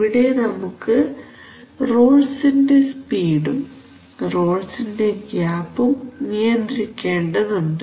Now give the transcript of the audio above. ഇവിടെ നമുക്ക് റോൾസിന്റെ സ്പീഡും റോൾസിന്റെ ഗ്യാപും നിയന്ത്രിക്കേണ്ടതുണ്ട്